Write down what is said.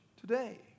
today